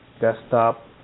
desktop